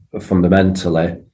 fundamentally